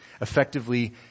effectively